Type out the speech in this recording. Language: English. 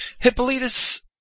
Hippolytus